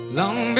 long